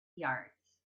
yards